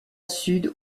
sud